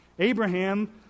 Abraham